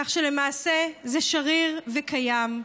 כך שלמעשה זה שריר וקיים.